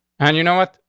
and you know what?